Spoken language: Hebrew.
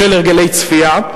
בשל הרגלי צפייה,